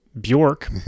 Bjork